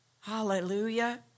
hallelujah